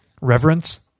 reverence